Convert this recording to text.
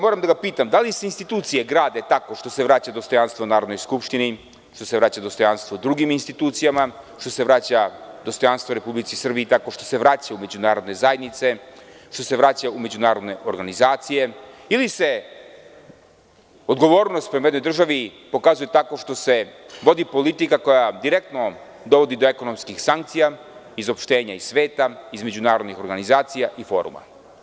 Moram da ga pitam da li se institucije grade tako što se vraća dostojanstvo Narodnoj skupštini, što se vraća dostojanstvo drugim institucijama, što se vraća dostojanstvo Republici Srbiji tako što se vraća u međunarodne zajednice, što se vraća u međunarodne organizacije ili se odgovornost prema jednoj državi pokazuje tako što se vodi politika koja direktno dovodi do sankcija, izopštenja iz sveta između međunarodnih organizacija i foruma?